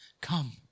come